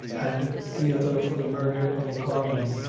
and the other for the murder of a carman,